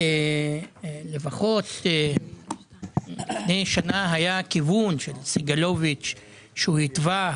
לפני שנה היה לפחות כיוון נכון שסגלוביץ' התווה.